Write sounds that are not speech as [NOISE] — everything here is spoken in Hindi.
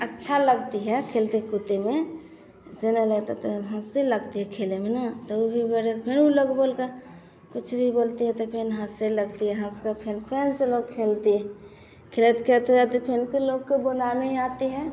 अच्छा लगती है खेलते कूदते में ऐसे नहीं लगता तो हँसी लगती है खेले में न तो वो भी [UNINTELLIGIBLE] कुछ भी बोलती है तो फिन हँसे लगती है हँसकर फिर फेंस लोग खेलती है खेत खेलते रहते फिर उनके लोग को बनाने आती है